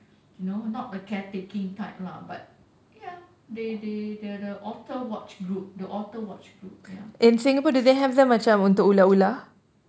you know not the caretaking type lah but ya they they the the otter watch group the otter watch group ya